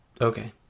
Okay